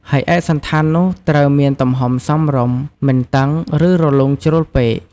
ហើយឯកសណ្ឋាននោះត្រូវមានទំហំសមរម្យ មិនតឹង ឬរលុងជ្រុលពេក។